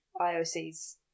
IOC's